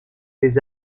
les